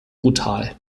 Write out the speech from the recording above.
brutal